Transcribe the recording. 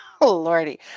Lordy